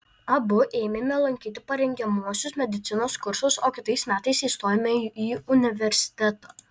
abu ėmėme lankyti parengiamuosius medicinos kursus o kitais metais įstojome į universitetą